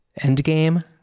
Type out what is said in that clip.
Endgame